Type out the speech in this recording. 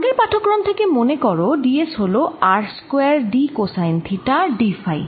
আগের পাঠক্রম থেকে মনে করো d s হল R square d cosine theta d phi